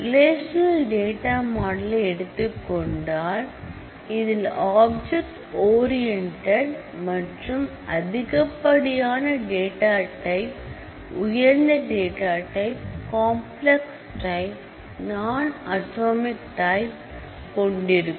relational data மாடலை எடுத்துக்கொண்டால் இதில் ஆப்ஜட் ஓரியண்டட் மற்றும் அதிகப்படியான டேட்டா டைப் உயர்ந்த data type complex type non atomic type கொண்டிருக்கும்